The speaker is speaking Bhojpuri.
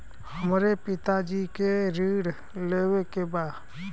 हमरे पिता जी के ऋण लेवे के बा?